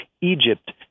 Egypt